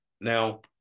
Now